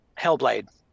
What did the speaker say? Hellblade